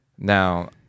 Now